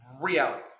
reality